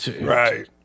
right